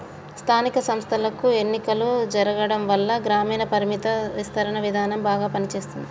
స్థానిక సంస్థలకు ఎన్నికలు జరగటంవల్ల గ్రామీణ పరపతి విస్తరణ విధానం బాగా పని చేస్తుంది